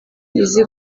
izi